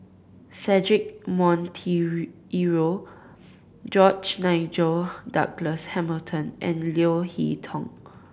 Cedric George Nigel Douglas Hamilton and Leo Hee Tong